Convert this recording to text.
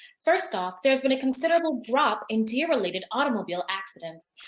first off, there has been a considerable drop in deer-related automobile accidents.